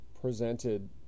presented